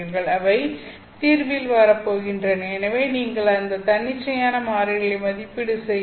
அவை தீர்வில் வரப்போகின்றன எனவே நீங்கள் அந்த தன்னிச்சையான மாறிலிகளை மதிப்பீடு செய்ய வேண்டும்